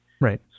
Right